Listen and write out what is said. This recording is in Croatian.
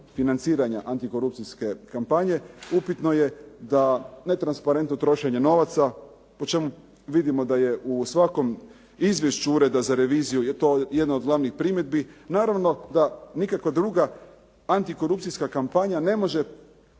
financiranja antikorupcijske kampanje upitno je da netransparentno trošenje novaca po čemu vidimo da je u svakom izvješću Ureda za reviziju to jedna od glavnih primjedbi naravno da nikakva druga antikorupcijska kampanja ne može